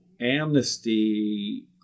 amnesty